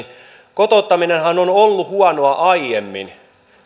kotouttaminenhan on on ollut huonoa aiemmin